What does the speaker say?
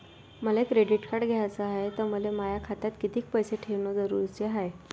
मले credit card घ्याचं हाय, त मले माया खात्यात कितीक पैसे ठेवणं जरुरीच हाय?